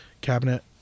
cabinet